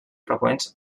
freqüents